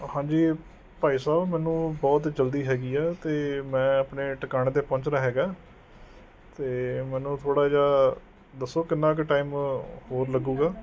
ਹਾਂਜੀ ਭਾਈ ਸਾਹਬ ਮੈਨੂੰ ਬਹੁਤ ਜਲਦੀ ਹੈਗੀ ਹੈ ਅਤੇ ਮੈਂ ਆਪਣੇ ਟਿਕਾਣੇ 'ਤੇ ਪਹੁੰਚਣਾ ਹੈਗਾ ਅਤੇ ਮੈਨੂੰ ਥੋੜ੍ਹਾ ਜਿਹਾ ਦੱਸੋ ਕਿੰਨਾ ਕੁ ਟਾਈਮ ਹੋਰ ਲੱਗੇਗਾ